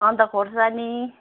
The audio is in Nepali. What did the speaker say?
अन्त खोर्सानी